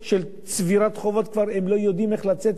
צבירת חובות הם לא יודעים איך לצאת מזה.